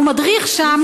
הוא מדריך שם.